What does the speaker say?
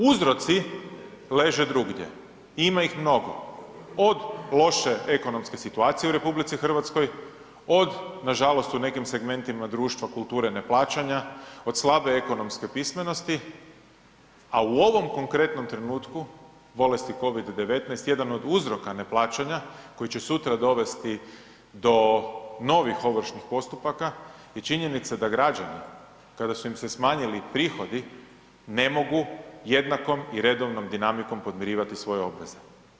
Uzroci leže drugdje i ima ih mnoge, od loše ekonomske situacije u RH, od nažalost u nekim segmentima društva kulture neplaćanja, od slabe ekonomske pismenosti, a u ovom konkretnom trenutku bolesti COVID-19 jedan od uzroka neplaćanja koji će sutra dovesti do novih ovršnih postupaka je činjenica da građani kada su im se smanjili prihodi ne mogu jednakom i redovnom dinamikom podmirivati svoje obveze.